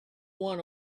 one